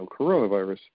coronavirus